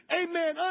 amen